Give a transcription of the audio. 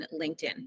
LinkedIn